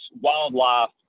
wildlife